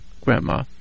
Grandma